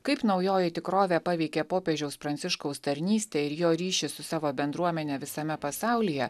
kaip naujoji tikrovė paveikė popiežiaus pranciškaus tarnystę ir jo ryšį su savo bendruomene visame pasaulyje